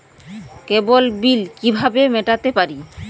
কেবল bill কিভাবে মেটাতে পারি?